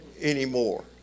anymore